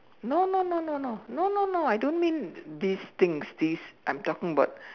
no no no no no no no I don't mean these things these I'm talking about